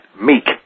meek